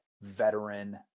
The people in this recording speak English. veteran